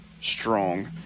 strong